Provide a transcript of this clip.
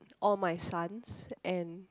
all my sons and